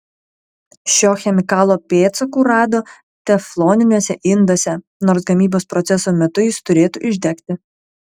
šio chemikalo pėdsakų rado tefloniniuose induose nors gamybos proceso metu jis turėtų išdegti